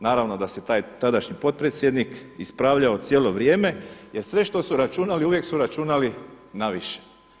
Naravno da se taj tadašnji potpredsjednik ispravljao cijelo vrijeme jer sve što su računali, uvijek su računali na više.